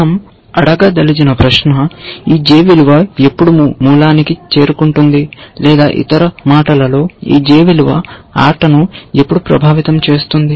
మనం అడగదలిచిన ప్రశ్న ఈ j విలువ ఎప్పుడు మూలానికి చేరుకుంటుంది లేదా ఇతర మాటలలో ఈ j విలువ ఆటను ఎప్పుడు ప్రభావితం చేస్తుంది